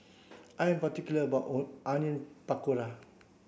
I am particular about Onion Pakora